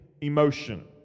emotion